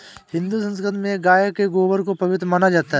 हिंदू संस्कृति में गाय के गोबर को पवित्र माना जाता है